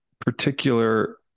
particular